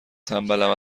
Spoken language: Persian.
تنبلم